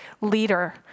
leader